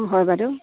হয় বাইদেউ